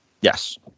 Yes